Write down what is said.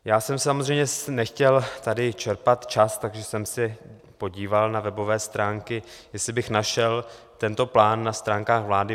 Já jsem samozřejmě nechtěl tady čerpat čas, takže jsem se podíval na webové stránky, jestli bych našel tento plán na stránkách vlády.